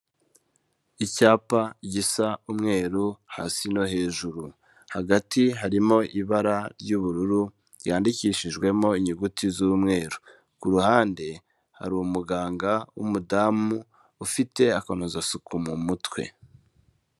Icyapa gisa umweru hasi no hejuru. Hagati harimo ibara ry'ubururu, ryandikishijwemo inyuguti z'umweru. Ku ruhande hari umuganga w'umudamu, ufite akanozasuku mu mutwe.